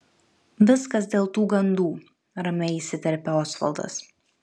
viskas dėl tų gandų ramiai įsiterpia osvaldas